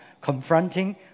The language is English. confronting